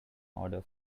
order